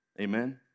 Amen